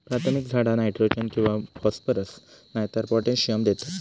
प्राथमिक झाडा नायट्रोजन किंवा फॉस्फरस नायतर पोटॅशियम देतत